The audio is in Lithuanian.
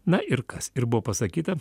na ir kas ir buvo pasakyta